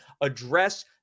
address